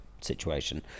situation